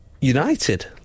united